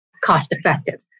cost-effective